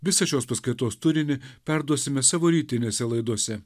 visą šios paskaitos turinį perduosime savo rytinėse laidose